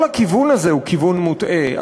כל הכיוון הזה הוא כיוון מוטעה,